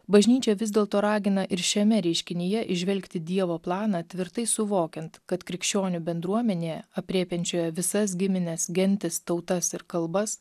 bažnyčia vis dėl to ragina ir šiame reiškinyje įžvelgti dievo planą tvirtai suvokiant kad krikščionių bendruomenėje aprėpiančioje visas gimines gentis tautas ir kalbas